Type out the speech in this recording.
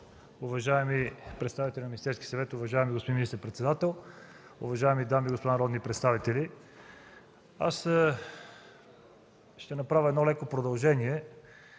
уважаеми представители на Министерския съвет, уважаеми господин министър-председател, уважаеми дами и господа народни представители! Аз ще направя леко продължение